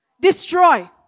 destroy